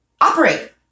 operate